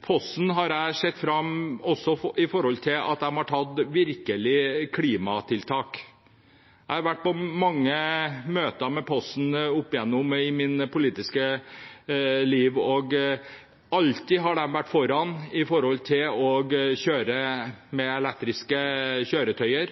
Posten, har jeg sett at de virkelig har gjort klimatiltak. Jeg har vært på mange møter med Posten opp gjennom mitt politiske liv, og de har alltid vært foran: kjøre med elektriske kjøretøyer